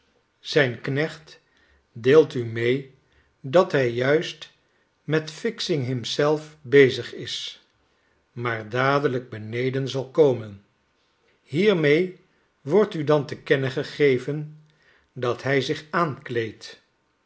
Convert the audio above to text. zijn knecht deelt u mee dat hij juist met fixing himzelf bezigis maar dadelijk beneden zal komen hiermee wordt u dan te kennen gegeven dat hi zich aankleedt